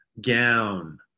gown